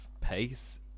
pace